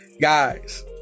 Guys